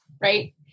right